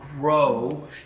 grow